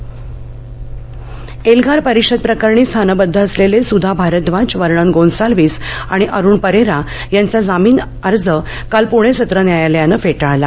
एल्गार परिषद एल्गार परिषद प्रकरणी स्थानबद्ध असलेले सुधा भारव्राज वर्णन गोन्साल्विस आणि अरुण परेरा यांचा जामीन अर्ज काल पुणे सत्र न्यायालयान फेटाळला